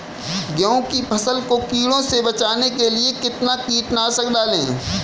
गेहूँ की फसल को कीड़ों से बचाने के लिए कितना कीटनाशक डालें?